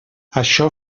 això